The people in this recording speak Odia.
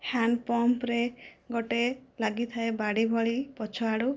ହ୍ୟାଣ୍ଡ୍ପମ୍ପ୍ରେ ଗୋଟିଏ ଲାଗିଥାଏ ବାଡ଼ି ଭଳି ପଛଆଡ଼ୁ